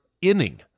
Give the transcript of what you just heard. inning